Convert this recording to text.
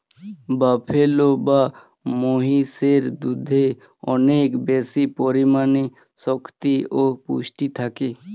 buffalo বা মহিষের দুধে অনেক বেশি পরিমাণে শক্তি ও পুষ্টি থাকে